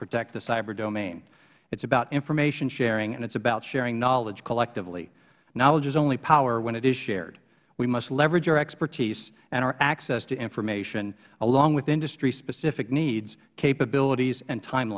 protect the cyber domain it is about information sharing and it is about sharing knowledge collectively knowledge is only power when it is shared we must leverage our expertise and our access to information along with industry's specific needs capabilities and